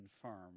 confirm